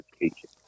education